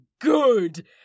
good